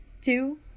two